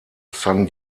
san